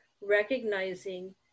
recognizing